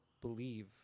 believe